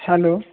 hello